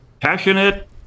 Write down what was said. Passionate